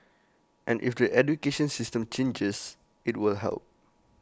and if the education system changes IT will help